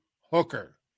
Hooker